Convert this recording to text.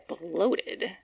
bloated